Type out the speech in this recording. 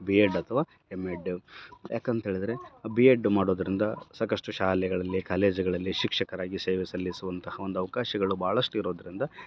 B Ed ಅಥ್ವ M Ed ಯಾಕಂತೇಳಿದರೆ B Ed ಮಾಡೋದರಿಂದ ಸಾಕಷ್ಟು ಶಾಲೆಗಳಲ್ಲಿ ಕಾಲೇಜ್ಗಳಲ್ಲಿ ಶಿಕ್ಷಕರಾಗಿ ಸೇವೆಸಲ್ಲಿಸುವಂತಹ ಒಂದು ಅವಕಾಶಗಳು ಭಾಳಷ್ಟು ಇರೋದರಿಂದ